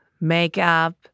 makeup